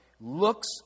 looks